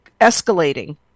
escalating